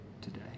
today